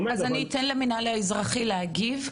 אאפשר למינהל האזרחי להגיב.